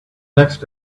next